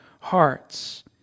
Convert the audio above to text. hearts